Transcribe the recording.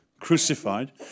crucified